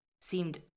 seemed